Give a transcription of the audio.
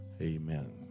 amen